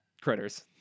critters